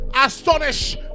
Astonish